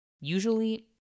Usually